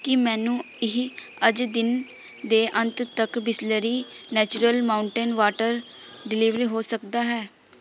ਕੀ ਮੈਨੂੰ ਇਹ ਅੱਜ ਦਿਨ ਦੇ ਅੰਤ ਤੱਕ Bisleri natural mountain water deliver ਹੋ ਸਕਦਾ ਹੈ